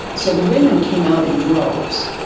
so the women came out in droves.